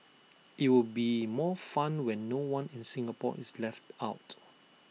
IT will be more fun when no one in Singapore is left out